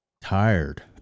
tired